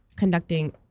conducting